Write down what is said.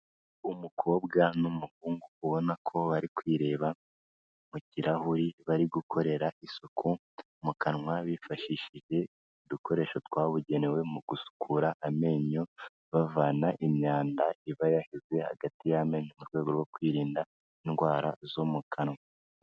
Umukobwa n'umuhungu ubona ko bari kwireba mu kirahuri, bari gukorera isuku mu kanwa bifashishije udukoresho twabugenewe mu gusukura amenyo, bavana imyanda iba yaheze hagati y'amenyo mu rwego rwo kwirinda indwara zo mu kanwa.